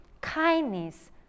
kindness